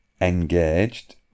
engaged